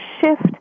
shift